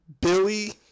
Billy